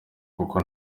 kuko